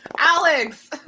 Alex